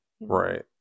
Right